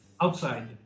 outside